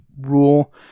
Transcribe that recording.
rule